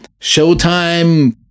Showtime